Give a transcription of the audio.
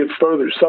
further